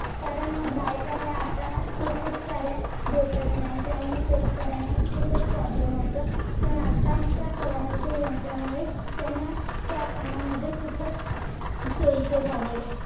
कारण बायका ह्या आता तर खूप साऱ्या भेटत नाही त्यामुळे शेतकऱ्यांना खूपच प्रॉब्लेम होतो पण आता त्या फवारण्याच्या यंत्रामुळे त्यांना त्या कामामध्ये खूपच सोयीचं झालेलं आहे